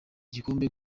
gikombe